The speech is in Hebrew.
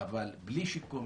אבל בלי שיקום.